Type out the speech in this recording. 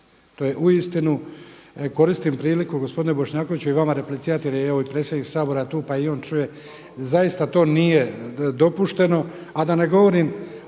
To je uistinu, koristim priliku gospodine Bošnjakoviću i vama replicirati evo i predsjednik Sabora tu pa i on čuje, zaista to nije dopušteno,